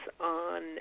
on